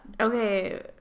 Okay